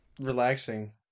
relaxing